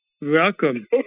Welcome